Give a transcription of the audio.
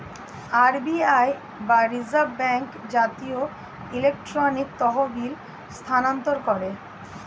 RBI বা reserve bank জাতীয় electronic তহবিল স্থানান্তর করে